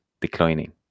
declining